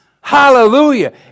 Hallelujah